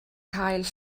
cael